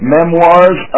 Memoirs